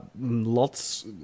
Lots